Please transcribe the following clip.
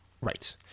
Right